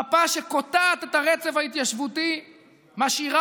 מפה שקוטעת את הרצף ההתיישבותי משאירה